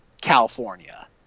California